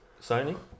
Sony